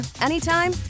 anytime